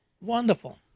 Wonderful